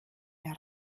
der